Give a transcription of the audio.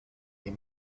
les